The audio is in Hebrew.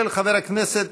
של חבר הכנסת